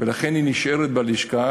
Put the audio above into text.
ולכן היא נשארת בלשכה,